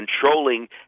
controlling